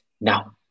Now